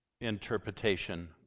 interpretation